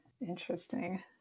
Interesting